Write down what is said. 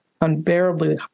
unbearably